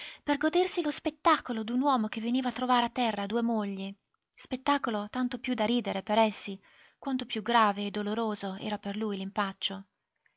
per godersi lo spettacolo d'un uomo che veniva a trovare a terra due mogli spettacolo tanto più da ridere per essi quanto più grave e doloroso era per lui l'impaccio